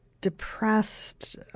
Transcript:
depressed